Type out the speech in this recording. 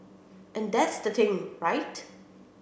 and that's the thing right